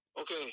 Okay